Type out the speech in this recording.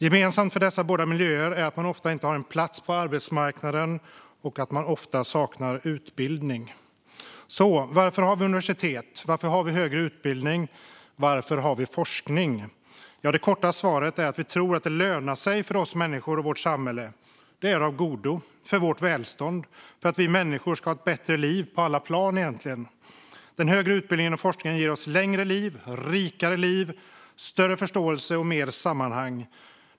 Gemensamt för dessa båda miljöer är att människorna där ofta inte har en plats på arbetsmarknaden och att de ofta saknar utbildning. Varför har vi universitet? Varför har vi högre utbildning? Varför har vi forskning? Det korta svaret är att vi tror att det lönar sig för oss människor och vårt samhälle. Det är av godo för vårt välstånd och för att vi människor ska ha ett bättre liv på alla plan. Den högre utbildningen och forskningen ger oss längre liv, rikare liv, större förståelse och mer sammanhang.